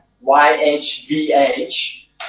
Y-H-V-H